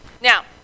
Now